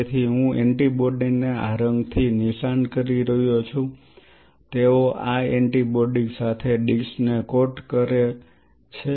તેથી હું એન્ટિબોડીને આ રંગ થી નિશાન કરી રહ્યો છું તેઓ આ એન્ટિબોડી સાથે ડીશ ને કોટ કરે છે